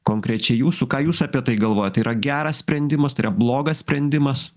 konkrečiai jūsų ką jūs apie tai galvojat tai yra geras sprendimas tai yra blogas sprendimas